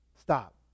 Stop